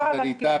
אני איתך,